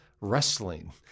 wrestling